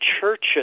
churches